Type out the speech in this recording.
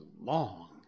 long